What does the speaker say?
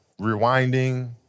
Rewinding